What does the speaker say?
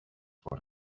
what